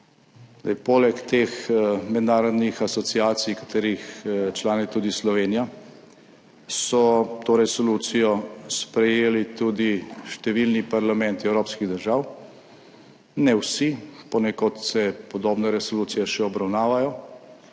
Poleg teh mednarodnih asociacij, katerih članica je tudi Slovenija, so to resolucijo sprejeli tudi številni parlamenti evropskih držav, ne vsi, ponekod se podobne resolucije še obravnavajo